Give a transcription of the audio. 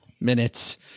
minutes